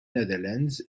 netherlands